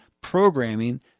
programming